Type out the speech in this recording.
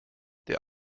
der